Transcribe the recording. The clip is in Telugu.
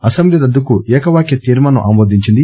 అసెంబ్లీ రద్దుకు ఏకవాక్య తీర్శానం ఆమోదించింది